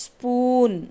Spoon